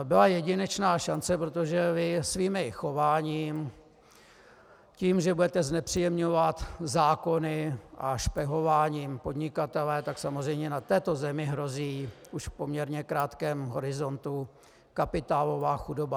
Byla jedinečná šance, protože vy svým chováním, tím, že budete znepříjemňovat zákony a špehováním podnikatele, tak samozřejmě na této zemi hrozí už v poměrně krátkém horizontu kapitálová chudoba.